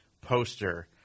poster